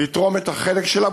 לתרום את החלק שלה.